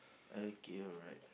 okay alright